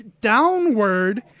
downward